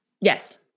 Yes